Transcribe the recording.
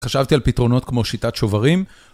חשבתי על פתרונות כמו שיטת שוברים.